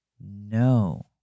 No